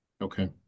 Okay